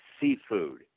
seafood